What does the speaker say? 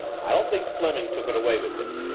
i don't think fleming took it away with him.